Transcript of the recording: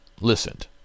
listened